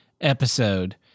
episode